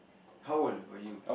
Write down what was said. how old were you